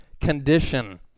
condition